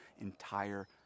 entire